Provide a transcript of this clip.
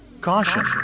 Caution